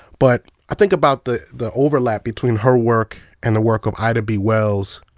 but i think about the the overlap between her work and the work of ida b. wells,